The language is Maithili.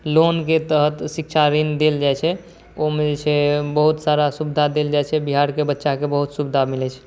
लोनके तहत शिक्षा ऋण देल जाइ छै ओहिमे जे छै बहुत सारा सुविधा देल जाइ छै बिहारके बच्चाके बहुत सुविधा मिलै छै